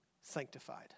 sanctified